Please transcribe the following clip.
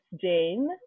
Jane